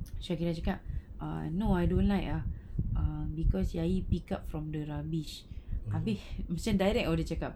shakirah cakap err no I don't like ah err because yang ini pick up from the rubbish rubbish macam direct dia cakap